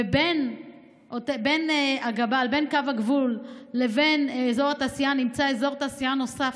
ובין קו הגבול ובין אזור התעשייה נמצא אזור תעשייה נוסף,